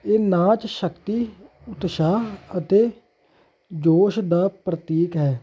ਇਹ ਨਾਚ ਸ਼ਕਤੀ ਉਤਸ਼ਾਹ ਅਤੇ ਜੋਸ਼ ਦਾ ਪ੍ਰਤੀਕ ਹੈ